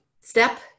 step